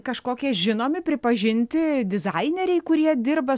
kažkokie žinomi pripažinti dizaineriai kurie dirba